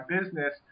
business